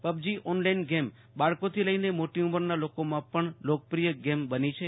PUBG online game બાળકોથી લઈને મોટી ઉમરના લોકોમાં પણ લોકપ્રિય ગેમ બની છે